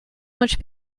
much